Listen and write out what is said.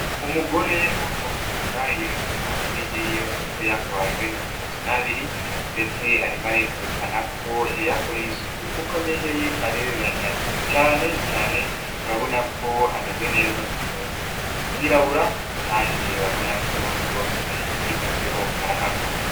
Umugore urimo guseka yerekana amenyo ye yose uko yakabaye uko ari mirongo itatu n'abiri ndetse arimo arerekana ko yayakoreye isuku kuko amenyo ye arererana, cyane cyane urabona ko ameze neza, ni umwirabura kandi urabona ko rwose yikozeho karahava.